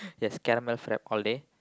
yes caramel frappe all day